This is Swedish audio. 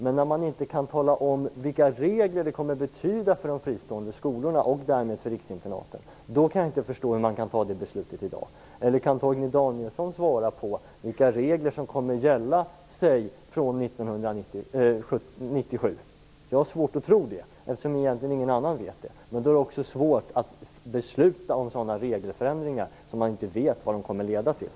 Men när man inte kan tala om vilka regler som kommer att gälla för de fristående skolorna och därmed för riksinternaten, då kan jag inte förstå hur man kan fatta beslut i dag. Eller kan Torgny Danielsson svara på frågan vilka regler som kommer att gälla från 1997? Jag har svårt att tro det, eftersom ingen annan vet det. Men då är det också svårt att besluta om regelförändringar när man inte vet vad de kommer att leda till.